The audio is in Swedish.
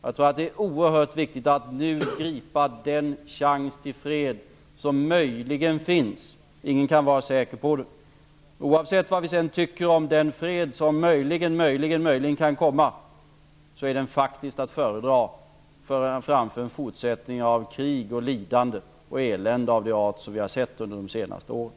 Jag tror att det är oerhört viktigt att nu gripa den chans till fred som möjligen finns -- ingen kan vara säker. Oavsett vad vi tycker om den fred som möjligen, möjligen kan komma är den faktiskt att föredra framför en fortsättning av krig, lidande och elände av den art som vi har sett under de senaste åren.